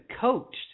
coached